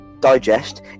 Digest